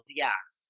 yes